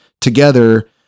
together